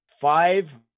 Five